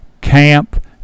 camp